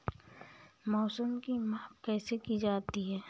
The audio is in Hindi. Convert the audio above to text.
मौसम की माप कैसे की जाती है?